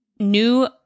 new